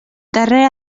darrer